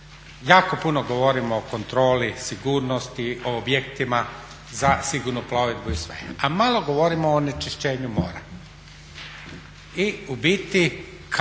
jako puno govorimo o kontroli, sigurnosti, o objektima za sigurnu plovidbu i sve a malo govorimo o onečišćenju mora